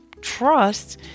trust